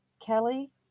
Kelly